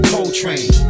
Coltrane